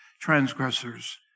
transgressors